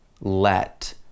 let